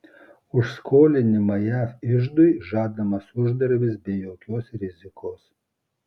už skolinimą jav iždui žadamas uždarbis be jokios rizikos